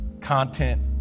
Content